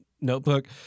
notebook